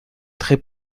très